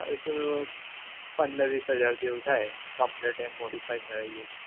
ખર્ચો તો પંદર વીસ હજાર જેવું થાય કમ્પલેટ એમ મોડીફાય કરાવીએ તો